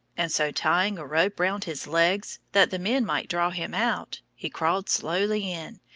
and so, tying a rope round his legs, that the men might draw him out, he crawled slowly in,